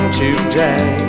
today